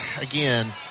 Again